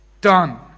done